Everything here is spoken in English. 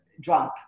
drunk